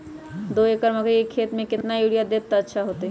दो एकड़ मकई के खेती म केतना यूरिया देब त अच्छा होतई?